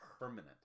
permanent